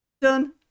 done